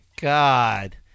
God